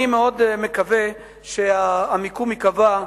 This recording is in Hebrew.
אני מאוד מקווה שהמקום ייקבע,